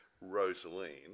Rosaline